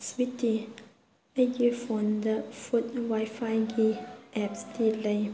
ꯁ꯭ꯋꯤꯠꯇꯤ ꯑꯩꯒꯤ ꯐꯣꯟꯗ ꯐꯨꯠ ꯋꯥꯏ ꯐꯥꯏꯒꯤ ꯑꯦꯞꯁꯇꯤ ꯂꯩ